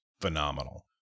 phenomenal